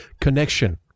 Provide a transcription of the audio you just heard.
connection